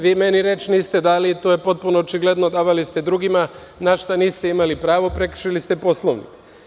Vi meni reč niste dali i to je potpuno očigledno, davali ste drugima, a na šta niste imali pravo i prekršili ste Poslovnik.